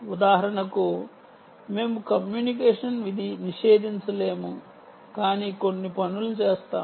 ఉదాహరణకు మేము కమ్యూనికేషన్ నిషేధించలేము కాని కొన్ని పనులు చేస్తాము